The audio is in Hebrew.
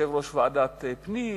יושב-ראש ועדת הפנים,